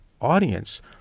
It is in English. audience